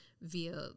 via